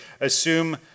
assume